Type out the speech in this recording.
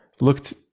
Looked